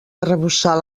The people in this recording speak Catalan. arrebossar